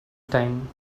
time